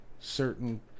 certain